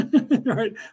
right